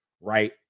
right